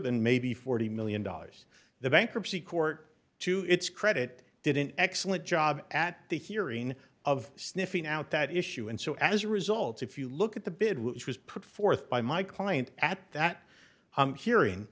than maybe forty million dollars the bankruptcy court to its credit did an excellent job at the hearing of sniffing out that issue and so as a result if you look at the bid which was put forth by my client at that hearing